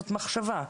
זו מחשבה.